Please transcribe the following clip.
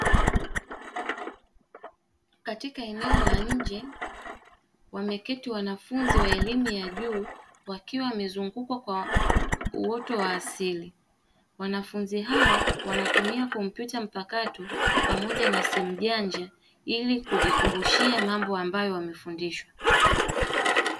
Katika eneo la nje wameketi wanafunzi wa elimu ya juu, wakiwa wamezungukwa kwa uoto wa asili. Wanafunzi hawa wanatumia kompyuta mpakato pamoja na simu janja ili kujikumbushia mambo ambayo wamefundishwa.